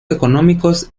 económicos